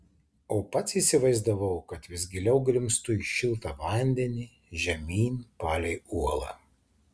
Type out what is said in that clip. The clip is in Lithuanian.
o pats įsivaizdavau kad vis giliau grimztu į šiltą vandenį žemyn palei uolą